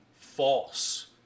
false